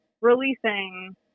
releasing